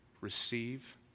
receive